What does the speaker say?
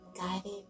guided